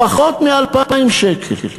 פחות מ-2,000 שקל.